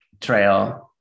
trail